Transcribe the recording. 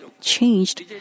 changed